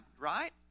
right